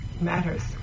matters